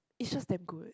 is just damn good